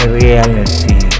reality